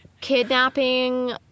kidnapping